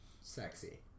Sexy